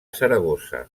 saragossa